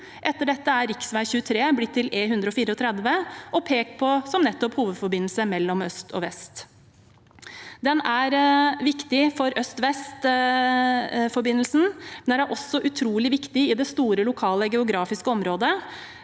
Etter dette er rv. 23 blitt til E134 og er pekt på som nettopp hovedveiforbindelsen mellom øst og vest. Den er viktig for øst–vest-forbindelsen, men den er også utrolig viktig i det store lokale geografiske området,